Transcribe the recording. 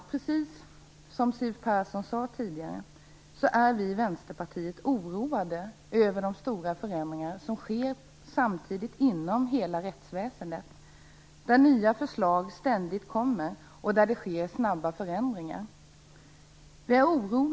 I likhet med Siw Persson är vi i Vänsterpartiet oroade över de stora förändringar som sker samtidigt inom hela rättsväsendet. Nya förslag kommer ständigt, och det sker snabba förändringar.